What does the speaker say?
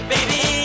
Baby